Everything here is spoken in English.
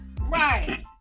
Right